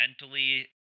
mentally